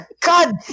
god